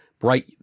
bright